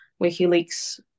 WikiLeaks